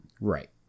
Right